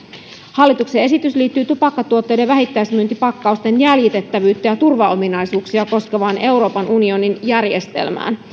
hallituksen esitys liittyy tupakkatuotteiden vähittäismyyntipakkausten jäljitettävyyttä ja turvaominaisuuksia koskevaan euroopan unionin järjestelmään